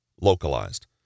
localized